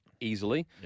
Easily